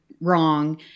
wrong